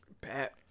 Pat